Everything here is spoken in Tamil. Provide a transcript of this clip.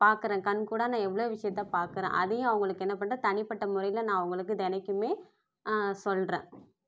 பார்க்குறேன் கண்கூடாக நான் எவ்வளோ விஷயத்தை பார்க்கறேன் அதையும் அவங்களுக்கு என்ன பண்ணுறேன் தனிப்பட்ட முறையில் நான் அவங்களுக்கு தெனக்குமே சொல்கிறேன்